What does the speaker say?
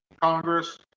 Congress